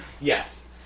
Yes